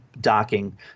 docking